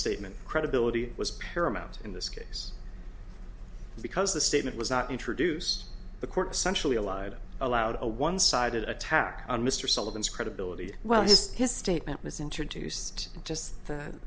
statement credibility was paramount in this case because the statement was not introduce the court centrally allied allowed a one sided attack on mr sullivan is credibility well just his statement was introduced just that